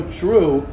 true